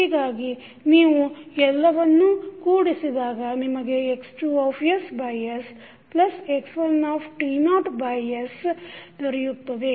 ಹೀಗಾಗಿ ನೀವು ಎಲ್ಲವನ್ನೂ ಕೂಡಿಸಿದಾಗ ನಿಮಗೆ X2sx1s ದೊರೆಯುತ್ತದೆ